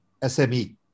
SME